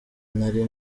nari